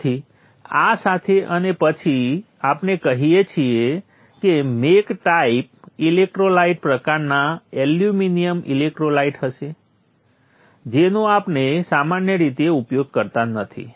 તેથી આ સાથે અને પછી આપણે કહી શકીએ કે મેક ટાઇપ ઇલેક્ટ્રોલાઇટ પ્રકારના એલ્યુમિનિયમ ઇલેક્ટ્રોલાઇટ હશે જેનો આપણે સામાન્ય રીતે ઉપયોગ કરતા નથી